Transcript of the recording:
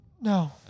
No